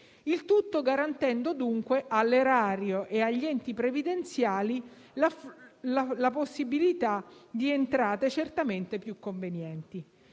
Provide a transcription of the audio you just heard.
tutto garantendo dunque all'erario e agli enti previdenziali la possibilità di entrate certamente più convenienti.